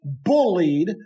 bullied